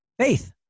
faith